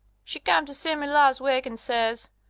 she come to see me last week and says,